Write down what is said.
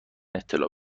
اطلاع